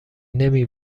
نمی